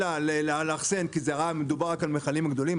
אלא לאחסן כי מדובר רק על מכלים גדולים,